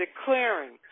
declaring